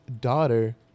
daughter